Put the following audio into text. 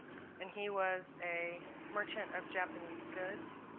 and he was a merchant of japanese goods.